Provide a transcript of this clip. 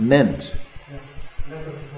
Meant